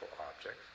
objects